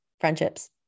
friendships